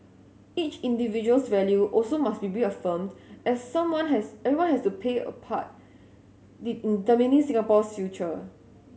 each individual's value also must be reaffirmed as someone has everyone has to pay a part the in determining Singapore's future